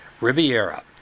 Riviera